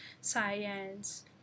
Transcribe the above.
science